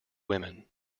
women